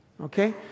Okay